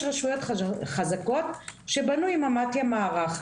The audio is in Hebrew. יש רשויות חזקות שבנו עם מתי"א מערך,